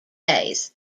days